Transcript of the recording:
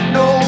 no